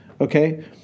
okay